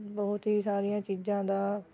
ਬਹੁਤ ਹੀ ਸਾਰੀਆਂ ਚੀਜ਼ਾਂ ਦਾ